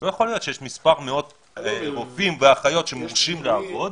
לא יכול להיות שיש מספר רופאים ואחיות שמורשים לעבוד ולא עובדים.